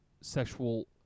sexual